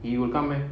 it will come back